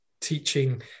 teaching